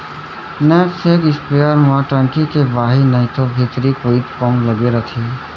knapsack spare म टंकी के बाहिर नइतो भीतरी कोइत पम्प लगे रथे